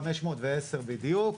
510 בדיוק.